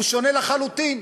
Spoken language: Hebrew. הוא שונה לחלוטין.